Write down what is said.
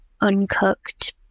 uncooked